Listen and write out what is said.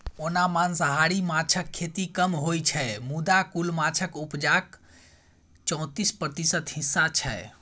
ओना मांसाहारी माछक खेती कम होइ छै मुदा कुल माछक उपजाक चौतीस प्रतिशत हिस्सा छै